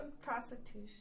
prostitution